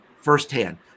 firsthand